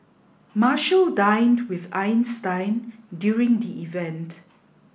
Marshall dined with Einstein during the event